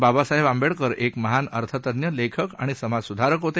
बाबासाहेब आंबेडकर एक महान अर्थतज्ञ लेखक आणि समाजसुधारक होते